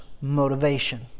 motivation